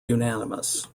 unanimous